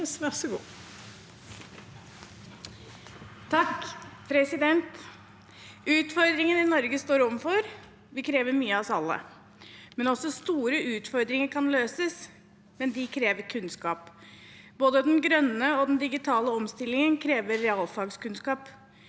(H) Utfordringene Norge står overfor, vil kreve mye av oss alle. Også store utfordringer kan løses, men de krever kunnskap. Både den grønne og den digitale omstillingen krever realfagskunnskap.